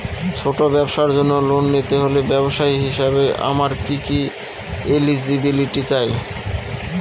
ছোট ব্যবসার জন্য লোন নিতে হলে ব্যবসায়ী হিসেবে আমার কি কি এলিজিবিলিটি চাই?